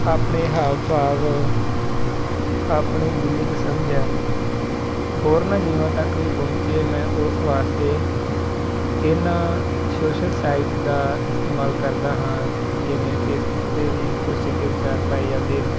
ਆਪਣੇ ਹਾਵ ਭਾਵ ਆਪਣੀ ਜਿੰਨੀ ਕੁ ਸਮਝ ਹੈ ਹੋਰਨਾਂ ਜੀਵਾਂ ਤੱਕ ਵੀ ਪਹੁੰਚੇ ਮੈਂ ਉਸ ਵਾਸਤੇ ਇਹਨਾਂ ਸੋਸ਼ਲ ਸਾਈਟ ਦਾ ਇਸਤੇਮਾਲ ਕਰਦਾ ਹਾਂ ਜਿਵੇਂ ਫੇਸਬੁੱਕ 'ਤੇ ਵੀ ਕੁੱਛ ਚੰਗੇ ਵਿਚਾਰ ਪਾਏ ਜਾਂਦੇ ਨੇ